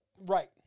Right